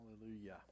Hallelujah